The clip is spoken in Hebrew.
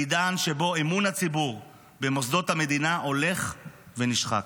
בעידן שבו אמון הציבור במוסדות המדינה הולך ונשחק,